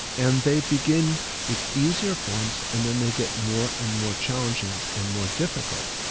and they begin with easier forms and then they get more and more challenging and more difficult.